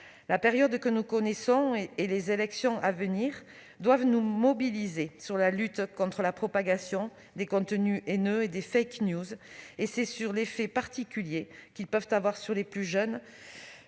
La période que nous connaissons et les élections à venir doivent nous mobiliser dans la lutte contre la propagation des contenus haineux et des, en particulier contre les effets qu'ils peuvent avoir sur les plus jeunes.